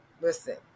listen